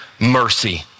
Mercy